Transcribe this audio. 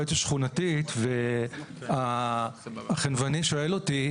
כולם באים אליי לקחת מאתנו שקיות כי הם צריכים לשלם בסופר.